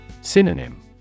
Synonym